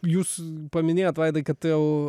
jūs paminėjot vaidai kad jau